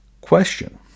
Question